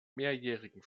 mehrjährigen